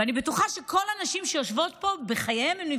ואני בטוחה שכל הנשים שיושבות פה נפגשו